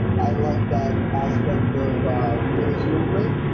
i like that aspect of buddhist movement